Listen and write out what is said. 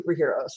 superheroes